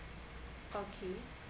okay